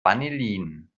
vanillin